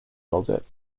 closet